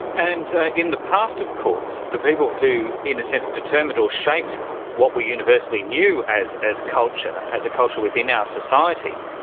and in the past, of course, the people who in a sense determined or shaped what we universally knew as as culture, as the culture within our society,